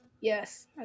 Yes